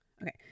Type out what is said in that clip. okay